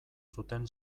zuten